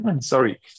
sorry